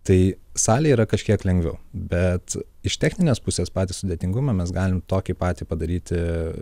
tai salėj yra kažkiek lengviau bet iš techninės pusės patį sudėtingumą mes galim tokį patį padaryti